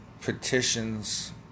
Petitions